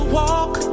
walk